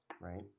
Right